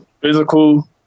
Physical